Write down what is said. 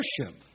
worship